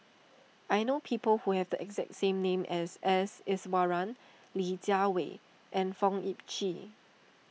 I know people who have the exact name as S Iswaran Li Jiawei and Fong Sip Chee